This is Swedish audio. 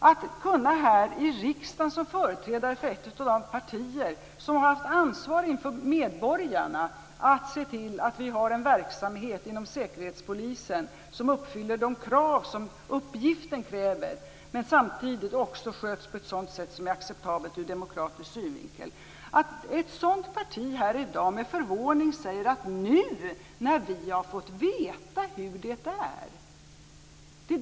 Bo Könberg är företrädare för ett av de partier här i riksdagen som har haft ansvar inför medborgarna att se till att vi har en verksamhet inom Säkerhetspolisen, som uppfyller de krav som uppgiften kräver men samtidigt också sköts på ett sådant sätt som är acceptabelt ur demokratisk synvinkel. Det som stör mig så oerhört är att man från ett sådant parti här i dag med förvåning säger: Nu när vi har fått veta hur det är.